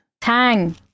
Tang